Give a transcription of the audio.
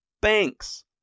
banks